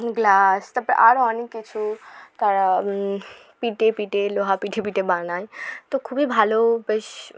glass তারপর আরো অনেক কিছু কারা পিটিয়ে পিপিটিয়ে লোহা পিটিয়ে পিটিয়ে বানায় তো খুবই ভালো বেশ